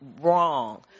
wrong